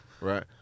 right